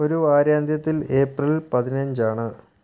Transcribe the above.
ഒരു വാരാന്ത്യത്തിൽ ഏപ്രിൽ പതിനഞ്ചാണ്